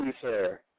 sir